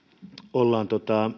ollaan